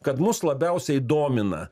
kad mus labiausiai domina